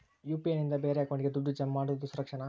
UPI ನಿಂದ ಬೇರೆ ಅಕೌಂಟಿಗೆ ದುಡ್ಡು ಜಮಾ ಮಾಡೋದು ಸುರಕ್ಷಾನಾ?